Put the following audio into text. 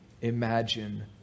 imagine